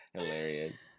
Hilarious